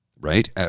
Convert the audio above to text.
right